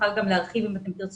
היא תוכל להרחיב יותר לעומק.